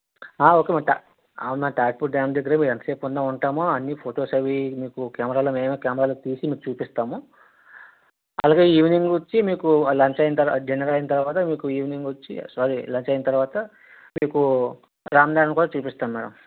okay ma'am అవునా Tatipudi dam దగ్గరే మేము ఎంత సేపన్నా ఉంటాము అన్నీ ఫోటోస్ అవి మీకు కెమెరా లో మేమే కెమెరా లో తీసి మీకు చూపిస్తాము అలాగే ఈవినింగ్ వచ్చి మీకు లంచ్ అయిన తర్వాత డిన్నర్ అయిన తర్వాత మీకు ఈవెనింగ్ వచ్చి సారీ లంచ్ అయిన తర్వాత మీకు రామనాదన్ కూడా చూపిస్తాం మ్యాడమ్